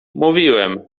mówiłem